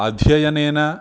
अध्ययनेन